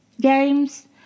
games